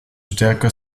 stärker